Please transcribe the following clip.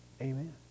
Amen